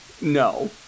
No